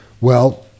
Well-